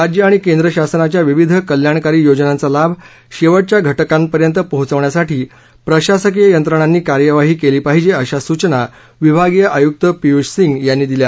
राज्य आणि केंद्र शासनाच्या विविध कल्याणकारी योजनांचा लाभ शेवटच्या घटकापर्यंत पोहोचविण्यासाठी प्रशासकीय यंत्रणांनी कार्यवाही केली पाहिजे अशा सूचना विभागीय आयुक्त पियुष सिंह यांनी दिल्या